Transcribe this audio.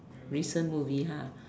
recent movie ah